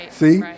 See